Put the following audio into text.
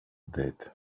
det